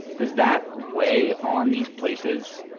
does that weigh on these places?